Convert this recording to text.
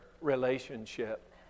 relationship